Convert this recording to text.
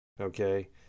Okay